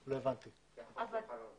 לא הבנתי למה זה.